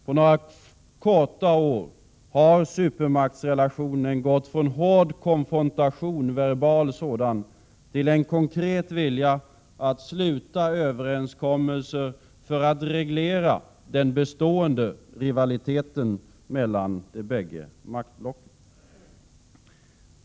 På bara några få år har supermaktsrelationen gått från hård verbal konfrontation till en konkret vilja att sluta överenskommelser för att reglera den bestående rivaliteten mellan de bägge maktblocken.